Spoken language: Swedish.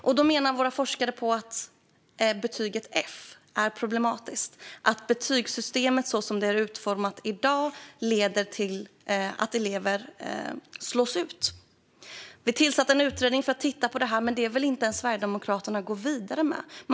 Forskare menar därför att betyget F är problematiskt och att betygssystemet, så som det är utformat i dag, leder till att elever slås ut. Vi tillsatte en utredning som skulle titta på det här, men Sverigedemokraterna vill inte gå vidare med den.